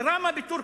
דרמה בטורקיה: